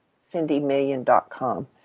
CindyMillion.com